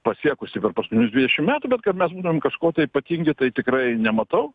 pasiekusi per paskutinius dvidešim metų bet kad mes būtumėm kažko tai ypatingi tai tikrai nematau